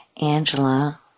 Angela